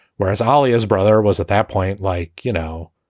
whereas holly's brother was at that point, like, you know,